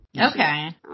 Okay